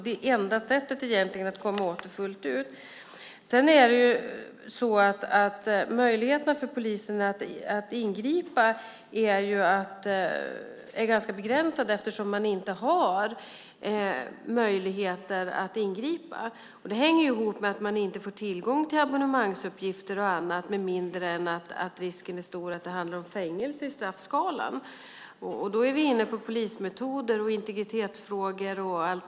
Det är egentligen det enda sättet att komma åt detta fullt ut. Möjligheterna för polisen att ingripa är ganska begränsade. Det hänger ihop med att man inte får tillgång till abonnemangsuppgifter och annat med mindre än att risken är stor att det handlar om fängelse i straffskalan. Då är vi inne på polismetoder och integritetsfrågor.